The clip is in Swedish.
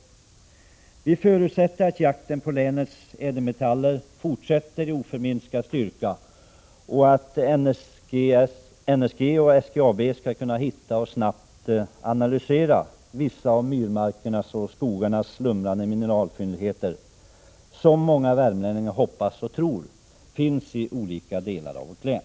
Vi motionärer förutsätter att jakten på länets ädelmetaller fortsätter med oförminskad styrka och att NSG och SGAB skall kunna hitta och snabbt analysera vissa av myrmarkernas och skogarnas slumrande mineralfyndigheter, som många värmlänningar hoppas och tror finns i olika delar av vårt län.